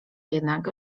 jednak